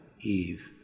Eve